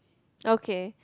okay